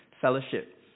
Fellowship